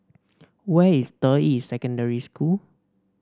where is Deyi Secondary School